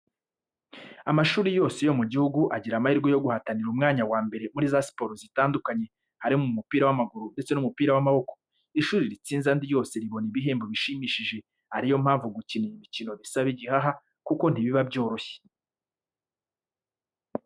Amashuri yose yo mu gihugu agira amahirwe yo guhatanira umwanya wa mbere muri za siporo zitandukanye, harimo umupira w'amaguru ndetse n'umupira w'amaboko. Ishuri ritsinze andi yose ribona ibihembo bishimishije, ari yo mpamvu gukina iyi mikino bisaba igihaha kuko ntibiba byoroshye.